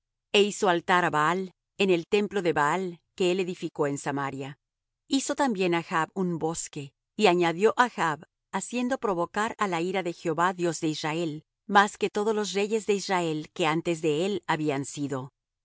e hizo altar á baal en el templo de baal que él edificó en samaria hizo también achb un bosque y añadió achb haciendo provocar á ira á jehová dios de israel más que todos los reyes de israel que antes de él habían sido